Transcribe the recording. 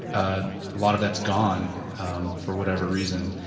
a lot of that's gone um for whatever reason,